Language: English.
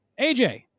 AJ